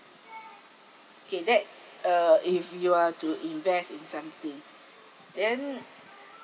okay that uh if you are to invest in something then